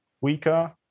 weaker